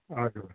हजुर